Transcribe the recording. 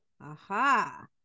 aha